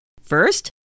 First